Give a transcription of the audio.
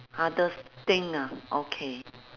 hardest thing ah okay